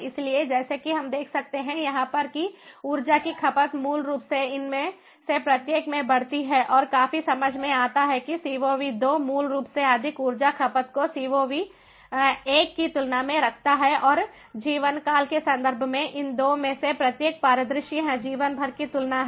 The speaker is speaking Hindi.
इसलिए जैसा कि हम देख सकते हैं यहाँ पर कि ऊर्जा की खपत मूल रूप से इनमें से प्रत्येक में बढ़ती है और काफी समझ में आता है कि CoV II मूल रूप से अधिक ऊर्जा खपत को CoV I की तुलना में रखता है और जीवनकाल के संदर्भ में इन 2 में से प्रत्येक परिदृश्य यह जीवन भर की तुलना है